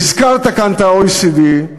הזכרת כאן את ה-OECD.